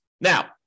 Now